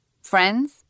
Friends